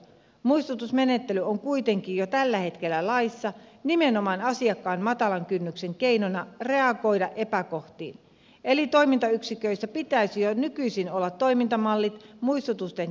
muistutusmenettely on kuitenkin jo tällä hetkellä laissa nimenomaan asiakkaan matalan kynnyksen keinona reagoida epäkohtiin eli toimintayksiköissä pitäisi jo nykyisin olla toimintamallit muistutusten käsittelyyn